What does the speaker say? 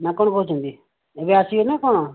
ନା କଣ କହୁଛନ୍ତି ଏବେ ଆସିବେ ନାଁ କଣ